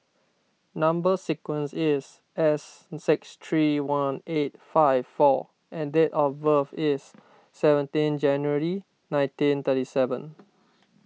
Number Sequence is S six three one eight five four and date of birth is seventeen January nineteen thirty seven